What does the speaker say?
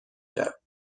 کرد